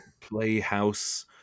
playhouse